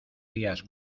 días